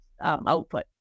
output